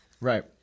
Right